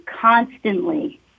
constantly